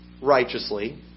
Righteously